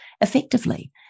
effectively